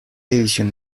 división